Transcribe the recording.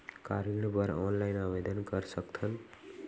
का ऋण बर ऑनलाइन आवेदन कर सकथन?